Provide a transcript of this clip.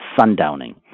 sundowning